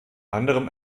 anderem